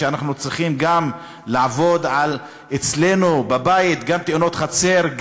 אנחנו צריכים לעבוד אצלנו בבית גם על תאונות חצר,